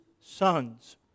sons